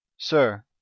sir